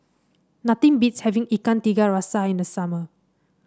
nothing beats having Ikan Tiga Rasa in the summer